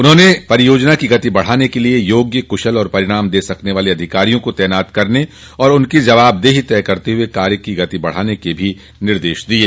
उन्होंने परियोजना की गति बढ़ाने के लिए योग्य कूशल और परिणाम दे सकने वाले अधिकारियों को तैनात करने और उनकी जवाबदेही तय करते हुए कार्य की गति बढ़ाने के भी निर्देश दिये